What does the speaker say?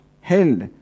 held